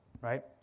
right